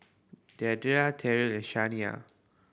Deidra Terrill and Shania